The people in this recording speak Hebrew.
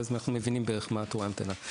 ואז אנחנו מבינים מה בערך תורי ההמתנה.